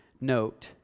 Note